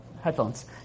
headphones